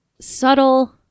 subtle